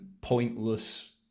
pointless